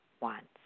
wants